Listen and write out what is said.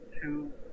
two